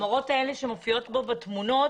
המראות שמופיעים פה בתמונות,